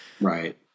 Right